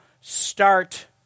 start